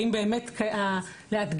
אם באמת לאתגר,